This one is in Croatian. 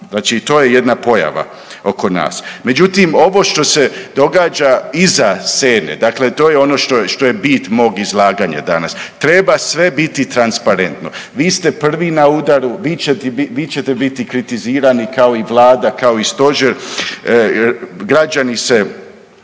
Znači i to je jedna pojava oko nas. Međutim, ovo što se događa iza scene dakle to je ono što je bit mog izlaganja danas, treba biti sve transparentno. Vi ste prvi na udaru, vi ćete biti kritizirani kao i vlada kao i stožer, građani se